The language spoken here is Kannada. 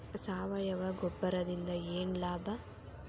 ಸಾವಯವ ಗೊಬ್ಬರದಿಂದ ಏನ್ ಲಾಭ?